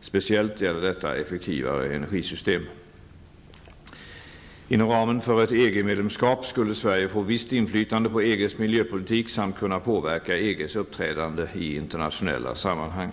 Speciellt gäller detta effektivare energisystem. Inom ramen för ett EG-medlemskap skulle Sverige få visst inflytande på EG:s miljöpolitik samt kunna påverka EG:s uppträdande i internationella sammanhang.